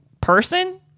person